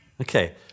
Okay